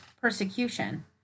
persecution